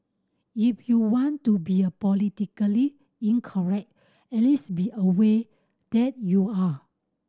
if you want to be a politically incorrect at least be aware that you are